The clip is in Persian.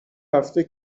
هفته